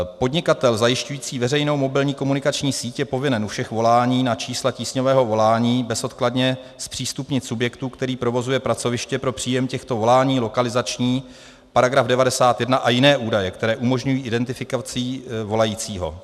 Podnikatel zajišťující veřejnou mobilní komunikační síť je povinen u všech volání na čísla tísňového volání bezodkladně zpřístupnit subjektu, který provozuje pracoviště pro příjem těchto volání, lokalizační, § 91, a jiné údaje, které umožňují identifikaci volajícího.